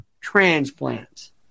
transplants